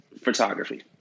photography